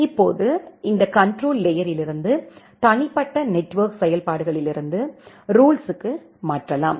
இப்போது இந்த கண்ட்ரோல் லேயரிலிருந்து தனிப்பட்ட நெட்வொர்க் செயல்பாடுகளிலிருந்து ரூல்ஸுக்கு மாற்றலாம்